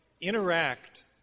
interact